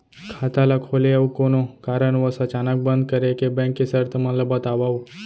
खाता ला खोले अऊ कोनो कारनवश अचानक बंद करे के, बैंक के शर्त मन ला बतावव